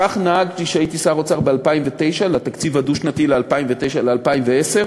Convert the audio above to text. כך נהגתי כשהייתי שר אוצר ב-2009 ביחס לתקציב הדו-שנתי ל-2009,